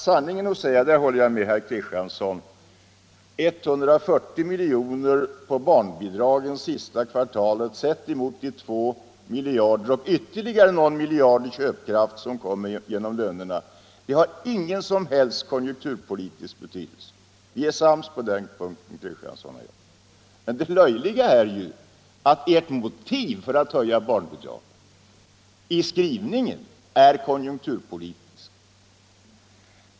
Sanningen att säga — och där håller jag med herr Kristiansson — har 140 milj.kr. till barnbidrag sista kvartalet, sett mot de två miljarder som jag nämnt och ytterligare någon miljard i köpkraft som kommer genom lönerna, ingen som helst konjunkturpolitisk betydelse. Vi är sams på den punkten, herr Kristansson och jag. Men det löjliga i skrivningen är att ert motiv för att höja barnbidragen är konjunkturpolitiskt.